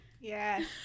Yes